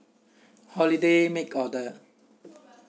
holiday make order